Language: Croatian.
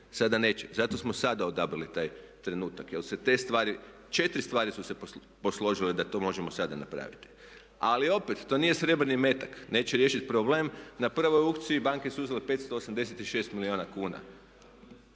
Sada neće, zato smo sada odabrali taj trenutak jer se te stvari, 4 stvari su se posložile da to možemo sada napraviti. Ali opet, to nije srebrni metak, neće riješiti problem. Na prvoj aukciji banke su uzele 586 milijuna kuna.